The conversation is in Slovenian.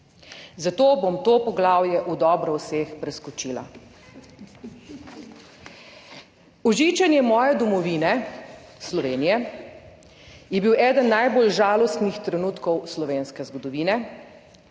Zato bom to poglavje v dobro vseh preskočila. Ožičenje moje domovine Slovenije je bil eden najbolj žalostnih trenutkov slovenske zgodovine,